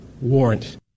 warrant